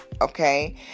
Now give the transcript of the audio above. Okay